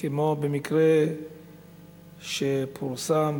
כמו במקרה שפורסם ברבים,